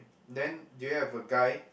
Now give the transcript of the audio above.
then do you have a guy